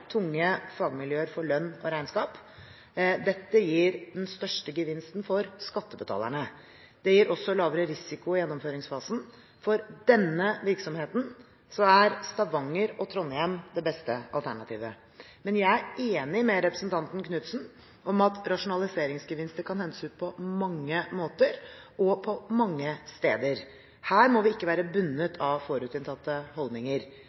tunge fagmiljøer for lønn og regnskap. Dette gir den største gevinsten for skattebetalerne. Det gir også lavere risiko i gjennomføringsfasen. For denne virksomheten er Stavanger og Trondheim det beste alternativet. Men jeg er enig med representanten Knutsen i at rasjonaliseringsgevinster kan hentes ut på mange måter og på mange steder. Her må vi ikke være bundet av forutinntatte holdninger.